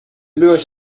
byłeś